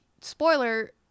spoiler